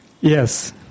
Yes